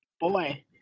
Boy